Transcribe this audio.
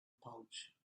pouch